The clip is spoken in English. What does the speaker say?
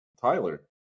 Tyler